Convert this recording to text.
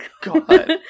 god